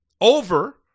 over